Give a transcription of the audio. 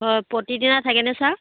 অঁ প্ৰতিদিনে থাকেনে ছাৰ